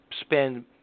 spend